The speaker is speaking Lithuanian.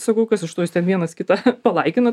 sakau kas iš to jūs ten vienas kitą palaikinat